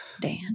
Dan